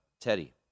Teddy